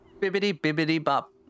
Bibbidi-bibbidi-bop